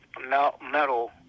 metal